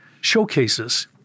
showcases